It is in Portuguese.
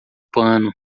pano